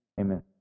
Amen